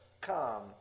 come